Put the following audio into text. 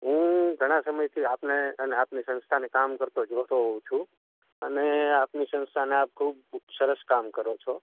હું ઘણાં સમયથી આપને અને આપની સંસ્થાને કામ કરતો જોતો હોઉં છું અને આપની સંસ્થા અને આપ ખૂબ સરસ કામ કરો છો